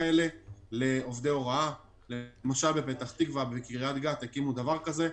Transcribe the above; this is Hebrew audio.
כמו בפתח תקווה ובקריית גת שהקימו דבר כזה.